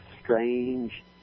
strange